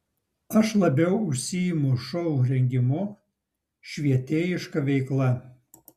aš labiau užsiimu šou rengimu švietėjiška veikla